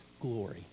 glory